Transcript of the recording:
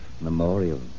memorial